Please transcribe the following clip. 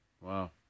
Wow